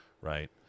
right